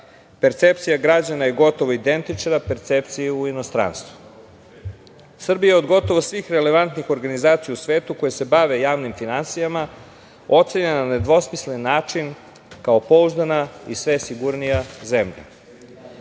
percepcija je gotovo identična percepciji u inostranstvu. Srbija je od gotovo svih relevantnih organizacija u svetu koje se bave javnim finansijama ocenjena na nedvosmislen način kao pouzdana i sve sigurnija zemlja. Ako